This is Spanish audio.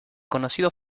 conocido